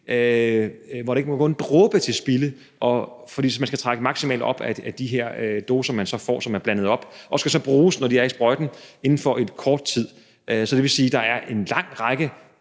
der må ikke gå en dråbe til spilde, for man skal trække maksimalt op af de her doser, som man så får, som er blandet op, og de skal så bruges, når de er i sprøjten, inden for en kort tid. Så det vil sige, at der er en lang række